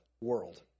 world